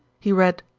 he read,